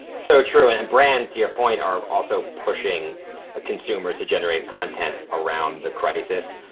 so true. and brands to your point are also pushing a consumer to generate content around the crisis.